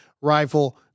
Rifle